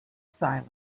silent